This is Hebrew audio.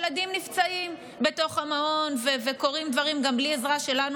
ילדים נפצעים בתוך המעון וקורים דברים גם בלי עזרה שלנו,